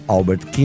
Albert